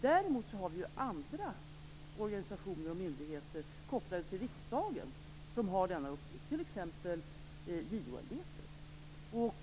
Däremot finns det andra organisationer och myndigheter kopplade till riksdagen som har denna uppgift, t.ex. JO-ämbetet.